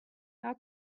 how